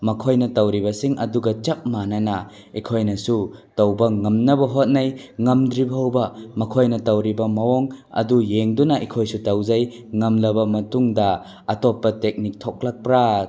ꯃꯈꯣꯏꯅ ꯇꯧꯔꯤꯕꯁꯤꯡ ꯑꯗꯨꯒ ꯆꯞ ꯃꯥꯟꯅꯅ ꯑꯩꯈꯣꯏꯅꯁꯨ ꯇꯧꯕ ꯉꯝꯅꯕ ꯍꯣꯠꯅꯩ ꯉꯝꯗ꯭ꯔꯤ ꯐꯥꯎꯕ ꯃꯈꯣꯏꯅ ꯇꯧꯔꯤꯕ ꯃꯑꯣꯡ ꯑꯗꯨ ꯌꯦꯡꯗꯨꯅ ꯑꯩꯈꯣꯏꯁꯨ ꯇꯧꯖꯩ ꯉꯝꯂꯕ ꯃꯇꯨꯡꯗ ꯑꯇꯣꯞꯄ ꯇꯦꯛꯅꯤꯛ ꯊꯣꯛꯂꯛꯄ꯭ꯔ